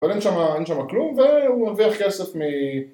אבל אין שם כלום, והוא מרוויח כסף מ...